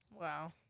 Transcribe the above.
Wow